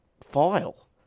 file